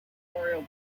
memorial